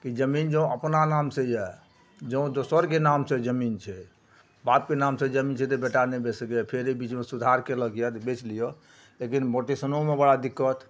कि जमीन जँ अपना नामसे यऽ जँ दोसरके नामसे जमीन छै बापके नामसे जमीन छै तऽ बेटा नहि बेचि सकै यऽ फेर एहि बीचमे सुधार केलक यऽ जे बेचि लिअऽ लेकिन मुटेशनोमे बड़ा दिक्कत